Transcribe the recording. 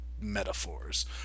metaphors